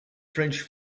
french